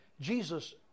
Jesus